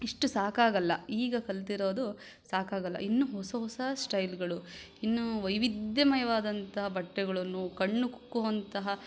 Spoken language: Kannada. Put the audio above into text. ಇಷ್ಟು ಸಾಕಾಗೋಲ್ಲ ಈಗ ಕಲಿತಿರೋದು ಸಾಕಾಗೋಲ್ಲ ಇನ್ನೂ ಹೊಸ ಹೊಸ ಸ್ಟೈಲ್ಗಳು ಇನ್ನೂ ವೈವಿಧ್ಯಮಯವಾದಂತಹ ಬಟ್ಟೆಗಳನ್ನು ಕಣ್ಣು ಕುಕ್ಕುವಂತಹ